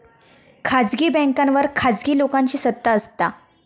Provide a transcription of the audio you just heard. खासगी बॅन्कांवर खासगी लोकांची सत्ता असता